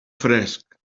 fresc